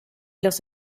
los